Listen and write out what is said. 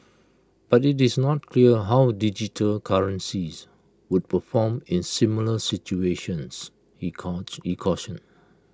but IT is not clear how digital currencies would perform in similar situations he cautioned